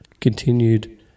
continued